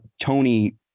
Tony